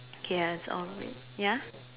okay that's all red ya